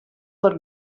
der